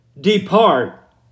depart